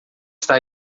está